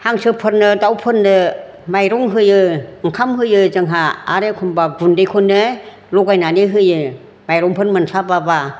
हांसोफोरनो दाउफोरनो माइरं होयो ओंखाम होयो जोंहा आरो एखनबा गुन्दैखौनो लगायनानै होयो माइरंफोर मोनस्लाबा बा